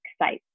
sites